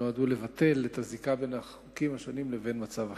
שנועדו לבטל את הזיקה בין החוקים השונים לבין מצב החירום.